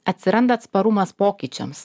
atsiranda atsparumas pokyčiams